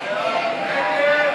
ההסתייגויות